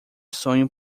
sonho